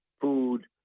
food